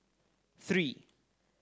three